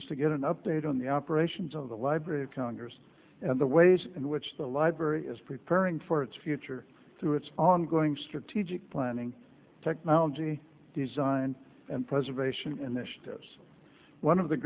is to get an update on the operations of the library of congress and the ways in which the library is preparing for its future through its ongoing strategic planning technology design and preservation initiatives one of the